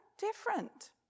different